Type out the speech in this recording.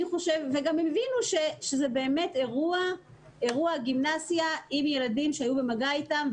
הם גם הבינו שזה באמת אירוע שהיה בגימנסיה ועם ילדים שהיו במגע איתם,